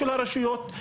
של הרשויות,